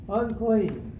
unclean